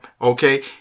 Okay